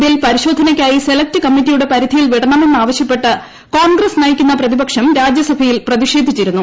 bill പരിശോധനയ്ക്കായി select കമ്മിറ്റിയുടെ പരിധിയിൽ വിടണമെന്നാവശ്യപ്പെട്ട് കോൺഗ്രസ്സ് നയിക്കുന്ന പ്രതിപക്ഷം രാജ്യസഭയിൽ പ്രതിഷേധിച്ചിരുന്നു